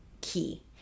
key